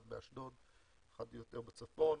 אחד באשדוד ואחד יותר בצפון,